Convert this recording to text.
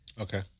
Okay